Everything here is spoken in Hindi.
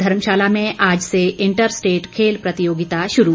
धर्मशाला में आज से इंटर स्टेट खेल प्रतियोगिता शुरू